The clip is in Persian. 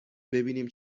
ببینیم